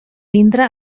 vindre